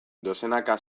dozenaka